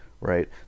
Right